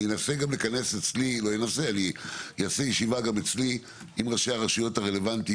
אני אנסה גם לכנס אצלי ואעשה ישיבה אצלי עם ראשי הרשויות הרלוונטיים,